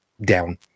down